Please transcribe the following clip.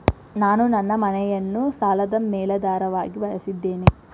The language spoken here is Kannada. ನಾನು ನನ್ನ ಮನೆಯನ್ನು ಸಾಲದ ಮೇಲಾಧಾರವಾಗಿ ಬಳಸಿದ್ದೇನೆ